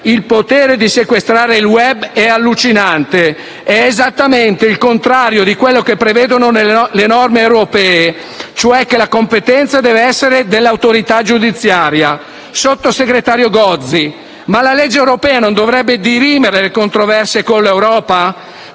il potere di sequestrare il *web* è allucinante; è esattamente il contrario di quello che prevedono le norme europee, cioè che la competenza deve essere dell'autorità giudiziaria. Sottosegretario Gozi, ma la legge europea non dovrebbe dirimere le controversie con l'Europa?